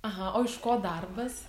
aha o iš ko darbas